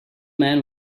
man